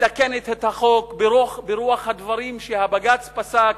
מתקנת את החוק ברוח הדברים שבג"ץ פסק,